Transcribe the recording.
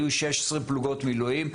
היו 16 פלוגות מילואים,